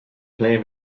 play